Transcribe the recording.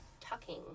tucking